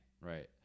right